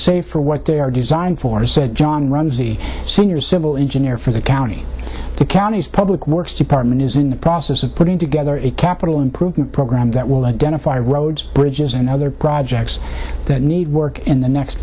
safer what they are designed for said john ramsey senior civil engineer for the county to county public works department is in the process of putting together a capital improvement program that will identify roads bridges and other projects that need work in the next